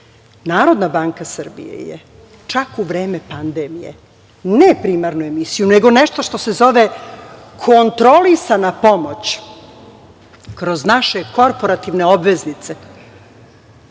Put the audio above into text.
NBS je čak u vreme pandemije, ne primarnu emisiju, nego nešto što se zove kontrolisana pomoć kroz naše korporativne obveznice